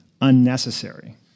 unnecessary